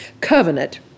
covenant